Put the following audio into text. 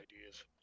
ideas